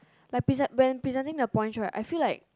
like present when presenting their points right I feel like